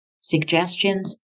suggestions